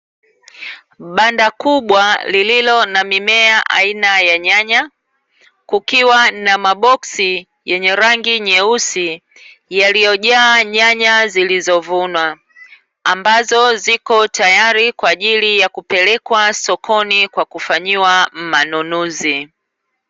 Banda kubwa lililo na mimea aina ya nyanya. Kukiwa na maboksi yenye rangi nyeusi yaliyojaa nyanya zilizovunwa, ambazo zipo tayari kwa ajili ya kupelekwa sokoni kwa kufanyiwa manunuzi.